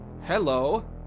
Hello